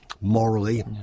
morally